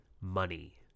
Money